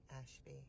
Ashby